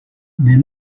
there